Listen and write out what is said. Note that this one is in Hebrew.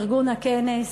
לארגון הכנס,